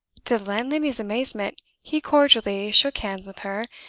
to the landlady's amazement, he cordially shook hands with her,